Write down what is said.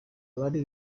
abari